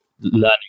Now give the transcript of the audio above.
learning